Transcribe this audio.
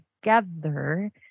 together